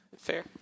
Fair